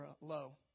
low